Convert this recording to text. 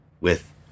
with